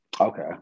Okay